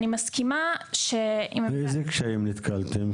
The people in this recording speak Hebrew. באיזה קשיים נתקלתם?